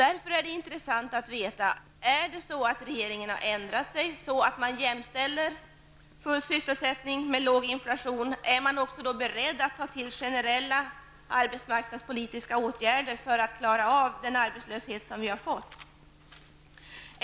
Därför är det intressant att få veta: Har regeringen ändrat sig så att man jämställer full sysselsättning med låg inflation? Är man beredd att ta till generella arbetsmarknadspolitiska åtgärder för att klara av den arbetslöshet som vi har fått?